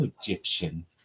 Egyptian